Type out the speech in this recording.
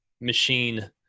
machine